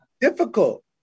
difficult